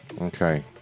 Okay